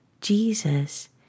Jesus